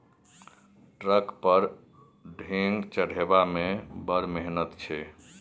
truck पर ढेंग चढ़ेबामे बड़ मिहनत छै